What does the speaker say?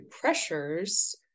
pressures